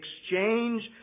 exchange